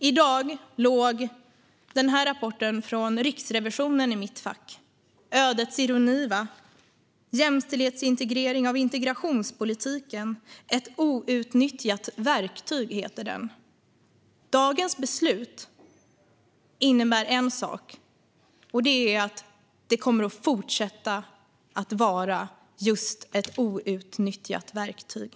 I dag låg den rapport från Riksrevisionen som jag har i min hand i mitt postfack - ödets ironi, kan man säga. Den heter Jämställdhetsintegrering av integrationspolitiken - ett outnyttjat verktyg. Dagens beslut innebär en sak, nämligen att den kommer att fortsätta vara just ett outnyttjat verktyg.